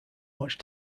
much